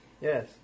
Yes